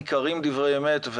ניכרים דברי אמת,